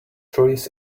trees